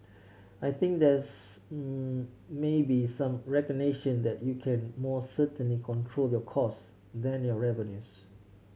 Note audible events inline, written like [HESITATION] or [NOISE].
I think there's [HESITATION] maybe some recognition that you can more certainly control your costs than your revenues